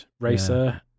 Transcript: racer